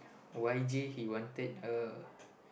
Y J he wanted a